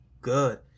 good